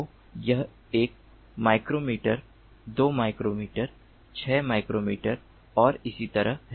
तो यह 1 micrometer 2 micrometer 6 micrometer और इसीतरह है